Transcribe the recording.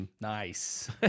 Nice